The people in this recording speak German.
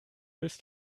ist